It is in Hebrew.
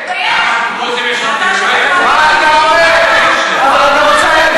ואחד שלא לומד כל מיני דברים הוא לא ממלכתי?